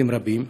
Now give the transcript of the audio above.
באחוזים רבים,